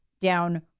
down